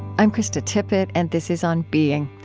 i'm krista tippett, and this is on being.